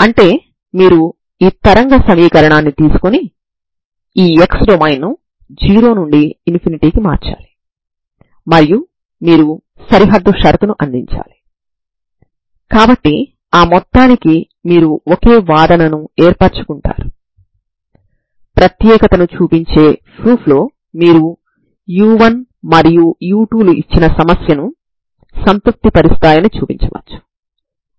కాబట్టి మీరు ux0t0 ని కలిగి ఉన్నారు మరియు ఇంకో చివర L వద్ద ఎటువంటి నియమం లేకుండా దీనిని మీరు స్వేచ్ఛగా అనుమతించవచ్చు సరేనా లేదా మీరు ఒక చివరను ఈ విధంగా నిర్ణయించి రెండవ చివరను ఎటువంటి నియమం లేకుండా స్వేచ్ఛగా వదిలి వేయవచ్చు లేదా వాటి కలయికను